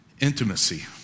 Intimacy